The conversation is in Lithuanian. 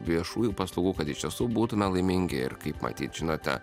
viešųjų paslaugų kad iš tiesų būtume laimingi ir kaip matyt žinote